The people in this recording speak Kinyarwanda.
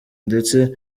ndetse